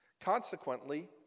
Consequently